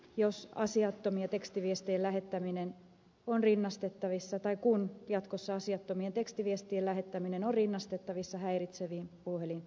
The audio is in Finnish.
jos asiattomien tekstiviestien lähettäminen on rinnastettavissa lähettämällä kun jatkossa asiattomien tekstiviestien lähettäminen on rinnastettavissa häiritseviin puhelinsoittoihin